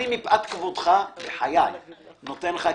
מפאת כבודך אני נותן לך.